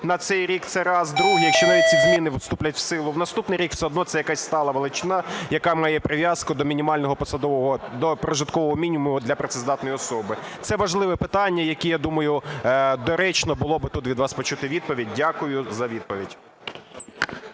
на цей рік. Це раз. Друге. Якщо навіть ці зміни вступлять в силу в наступний рік, все одно це якась стала величина, яка має прив'язку до мінімального прожиткового мінімуму для працездатної особи. Це важливе питання, на яке, я думаю, доречно було б тут від вас почути відповідь. Дякую за відповідь.